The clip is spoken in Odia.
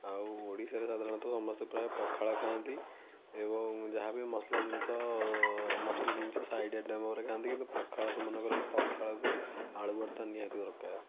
ଆଉ ଓଡ଼ିଶାରେ ସାଧାରଣତଃ ସମସ୍ତେ ପ୍ରାୟ ପଖାଳ ଖାଆନ୍ତି ଏବଂ ଯାହାବି ମସଲା ଜିନିଷ ମସଲା ଜିନିଷ ସାଇଡ଼୍ ଆଇଟମରେ ଖାଆନ୍ତି କିନ୍ତୁ ପଖାଳ ସେମାନଙ୍କର ପଖାଳକୁ ଆଳୁ ଭର୍ତ୍ତା ନିହାତି ଦରକାର